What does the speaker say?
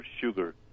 sugar